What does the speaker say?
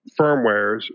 firmwares